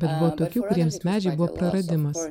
bet buvo tokių kuriem medžiai buvo praradimas